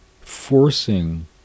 forcing